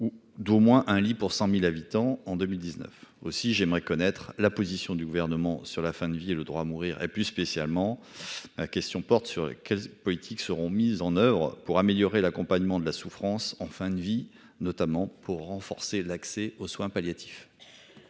Ou d'au moins un lit pour 100.000 habitants en 2019 aussi, j'aimerais connaître la position du gouvernement sur la fin de vie et le droit à mourir et plus spécialement à la question porte sur quelle politique seront mises en oeuvre pour améliorer l'accompagnement de la souffrance en fin de vie, notamment pour renforcer l'accès aux soins palliatifs.